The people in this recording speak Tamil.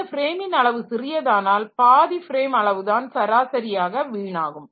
இந்த ஃப்ரேமின் அளவு சிறியதானால் பாதி ஃப்ரேம் அளவுதான் சராசரியாக வீணாகும்